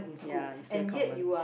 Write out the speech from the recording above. ya is very common